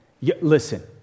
Listen